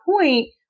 point